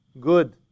Good